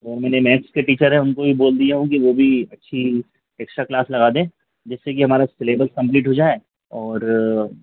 और मैंने मैथ्स के टीचर हैं उनको ही बोल दिया हूँ कि वह भी अच्छी एक्स्ट्रा क्लास लगा दें जिससे कि हमारा सिलेबस कंप्लीट हो जाए और